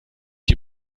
die